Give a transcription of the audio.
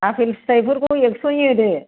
apple फिथायफोरखौ एक्स'नि होदो